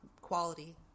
quality